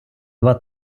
два